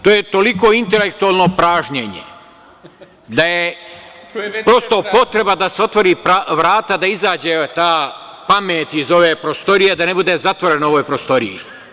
To je toliko intelektualno pražnjenje da je prosto potreba da se otvore vrata da izađe ta pamet iz ove prostorije da ne bude zatvoreno u ovoj prostoriji.